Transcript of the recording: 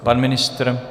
Pan ministr?